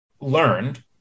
learned